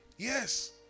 Yes